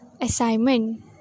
assignment